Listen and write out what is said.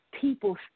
people